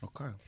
Okay